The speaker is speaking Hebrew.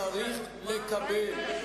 צריך לקבל.